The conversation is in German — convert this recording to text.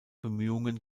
bemühungen